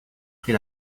pris